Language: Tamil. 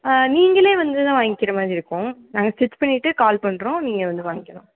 நீங்களே வந்து தான் வாங்க்கிற மாதிரி இருக்கும் நாங்கள் ஸ்டிச் பண்ணிகிட்டு கால் பண்ணுறோம் நீங்கள் வந்து வாங்க்கிணும்